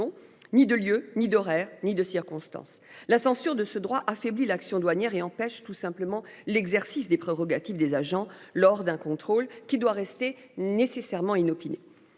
ni de lieu ni d'horaires ni de circonstance. La censure de ce droit affaibli l'action douanières et empêche tout simplement l'exercice des prérogatives des agents lors d'un contrôle qui doit rester nécessairement inopiné